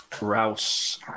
Rouse